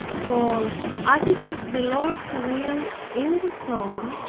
for as it is the lord who wills in the soul,